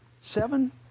seven